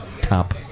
top